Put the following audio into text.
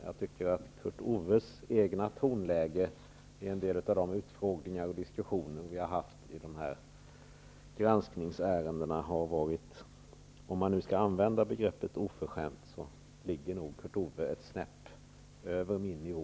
Jag tycker att Kurt Ove Johanssons tonläge i en del av de utfrågningar och diskussioner som vi har haft i dessa granskningsärenden har varit -- om man nu skall använda begreppet oförskämd -- sådant att det ligger ett snäpp över min nivå.